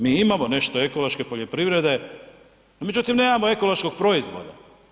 Mi imamo nešto ekološke poljoprivrede, međutim, nemamo ekološkog proizvoda.